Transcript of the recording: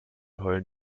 heulen